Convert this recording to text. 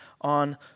on